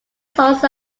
songs